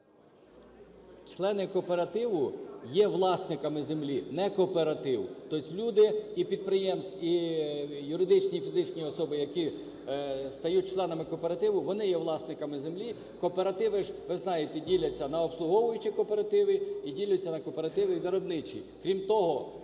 Члени кооперативу є власниками землі, не кооператив. То есть люди, і юридичні і фізичні особи, які стають членами кооперативу, вони є власниками землі. Кооперативи ж, ви знаєте, діляться на обслуговуючі кооперативи і діляться на кооперативи виробничі.